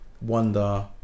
wonder